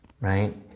right